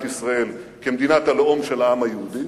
ישראל כמדינת הלאום של העם היהודי,